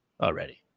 already